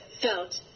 felt